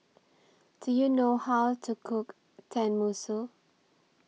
Do YOU know How to Cook Tenmusu